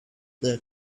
their